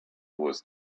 was